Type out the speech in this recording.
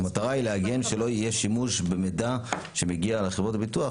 המטרה היא להגן שלא יהיה שימוש במידע שמגיע לחברות הביטוח,